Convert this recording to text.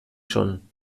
schon